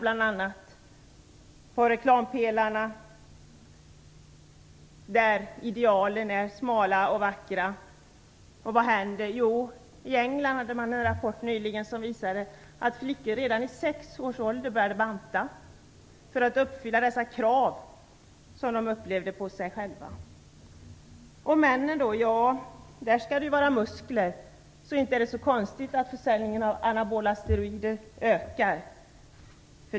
På reklampelarna är idealen smala och vackra. Vad händer? Jo, i England har det nyligen kommit en rapport som visar att flickor redan vid sex års ålder började banta, för att uppfylla dessa krav på sig själva som de upplevde. Och männen då? Där skall det vara muskler. Inte är det så konstigt att försäljningen av anabola steroider ökar.